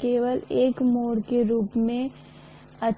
केवल एक ही दिखाई है लेकिन निश्चित रूप से कई संख्या में लाइनें होंगी और वे चीजें खुद को उतना ही सीमित कर लेंगी फेरोमैग्नेटिक सामग्री के लिए संभव है क्योंकि फेरोमैग्नेटिक सामग्री की पारगम्यता बहुत अधिक है